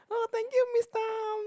oh thank you Miss Tham